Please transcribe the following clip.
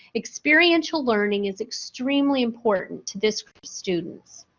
experiential learning is extremely important to this students.